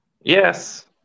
Yes